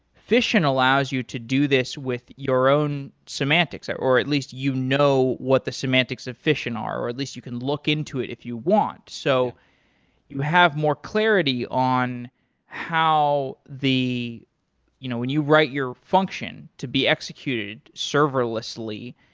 fission allows you to do this with your own semantics or or at least you know what the semantics of fission are or at least you can look into it if you want. so you have more clarity on how the you know when you write your function function to be executed serverlessly,